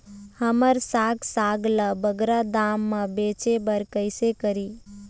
हमर साग साग ला बगरा दाम मा बेचे बर कइसे करी?